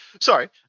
Sorry